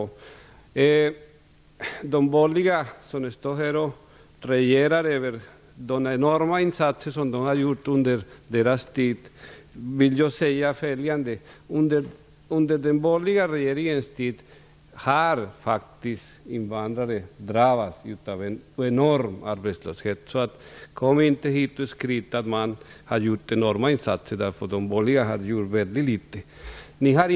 Till de borgerliga, som står här och raljerar över de enorma insatser som gjordes under deras tid, vill jag säga följande: Under den borgerliga regeringens tid har faktiskt invandrare drabbats av en enorm arbetslöshet. Kom inte hit och skryt med att man har gjort enorma insatser, för de borgerliga gjorde väldigt litet.